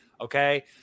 Okay